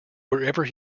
wherever